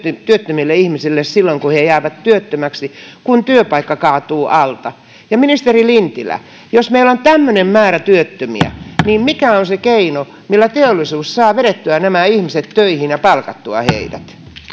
työttömille ihmisille silloin kun he jäävät työttömiksi kun työpaikka kaatuu alta ja ministeri lintilä jos meillä on tämmöinen määrä työttömiä niin mikä on se keino millä teollisuus saa vedettyä nämä ihmiset töihin ja palkattua heidät